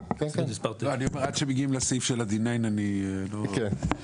הסתייגות מספר 9. הצבעה בעד,